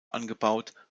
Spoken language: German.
angebaut